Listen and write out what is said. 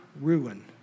ruin